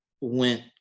went